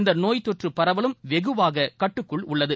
இந்த நோய் தொற்று பரவலும் வெகுவாக கட்டுக்குள் உள்ளது